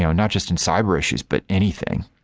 yeah not just in cyber issues, but anything?